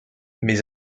mais